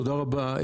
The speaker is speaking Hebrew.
תודה רבה.